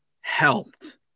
helped